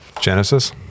Genesis